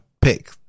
pick